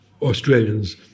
Australians